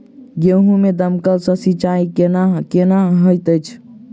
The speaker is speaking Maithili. गेंहूँ मे दमकल सँ सिंचाई केनाइ केहन होइत अछि?